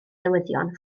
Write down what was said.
newyddion